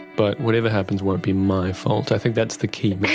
but whatever happens won't be my fault, i think that's the key